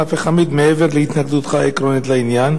הפחמית מעבר להתנגדותך העקרונית בעניין?